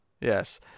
Yes